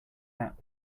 that